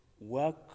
work